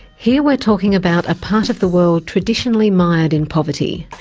here we're talking about a part of the world traditionally mired in poverty,